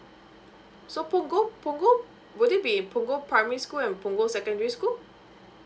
so punggol punggol would it be punggol primary school and punggol secondary school